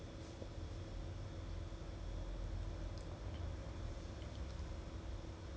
then one episode is err they show one real and one fake [one] ah then they have to choose whether it's real or fake lah